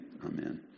Amen